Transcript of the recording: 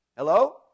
Hello